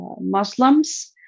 Muslims